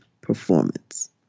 performance